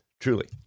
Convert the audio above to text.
Truly